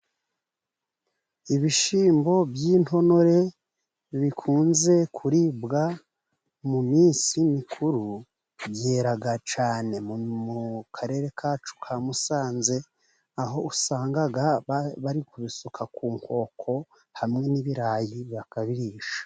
Ibishyimbo by'intonore bikunze kuribwa mu minsi mikuru, byera cyane mu Karere kacu ka Musanze, aho usanga bari kubisuka ku nkoko hamwe n'ibirayi bakabirisha.